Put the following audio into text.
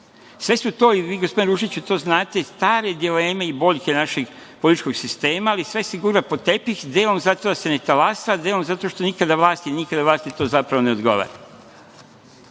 su to, i vi gospodine Ružiću to znate, stare dileme i boljke našeg političkog sistema, ali sve se gura pod tepih, delom zato da se ne talasa, a delom zato što nikada vlasti to zapravo ne odgovara.